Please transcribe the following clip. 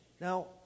Now